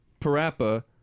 Parappa